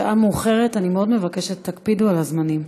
השעה מאוחרת, אני מאוד מבקשת שתקפידו על הזמנים.